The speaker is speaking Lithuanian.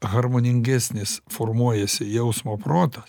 harmoningesnis formuojasi jausmo protas